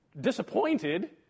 disappointed